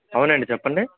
అవునండి చెప్పండి